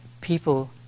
people